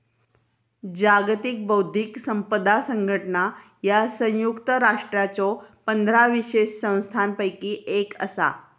जागतिक बौद्धिक संपदा संघटना ह्या संयुक्त राष्ट्रांच्यो पंधरा विशेष संस्थांपैकी एक असा